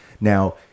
Now